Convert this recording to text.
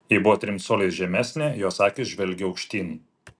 ji buvo trim coliais žemesnė jos akys žvelgė aukštyn